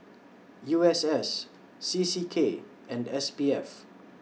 U S S C C K and S P F